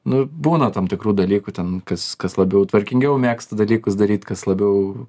nu būna tam tikrų dalykų ten kas kas labiau tvarkingiau mėgsta dalykus daryt kas labiau